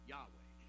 Yahweh